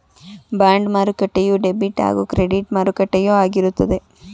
bond ಮಾರುಕಟ್ಟೆಯು debit ಹಾಗೂ credit ಮಾರುಕಟ್ಟೆಯು ಆಗಿರುತ್ತದೆ